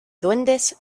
duendes